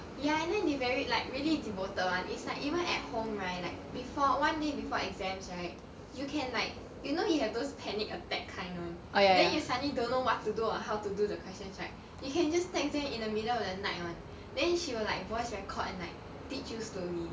ya and then they very like really devoted [one] it's like even at home right like before one day before exams right you can like you know you have those panic attack kind [one] then you suddenly don't know what to do or how to do the questions right you can just text them in the middle of the night [one] then she will like voice record and like teach you slowly